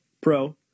pro